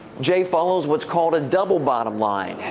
jay follows what's called a double bottom line.